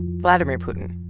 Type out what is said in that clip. vladimir putin,